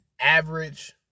average